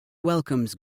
welcomes